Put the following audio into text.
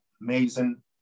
amazing